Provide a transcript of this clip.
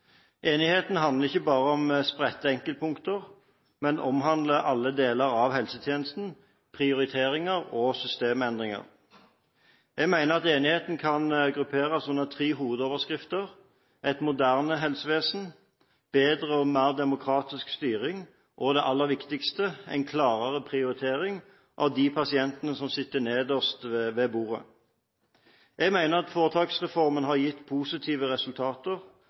Enigheten handler ikke bare om spredte enkeltpunkter, men omhandler alle deler av helsetjenesten, prioriteringer og systemendringer. Jeg mener at enigheten kan grupperes under tre hovedoverskrifter: Et moderne helsevesen, bedre og mer demokratisk styring, og det aller viktigste: en klarere prioritering av de pasientene som sitter nederst ved bordet. Jeg mener at foretaksreformen har gitt positive resultater